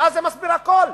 ואז זה מסביר הכול.